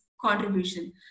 contribution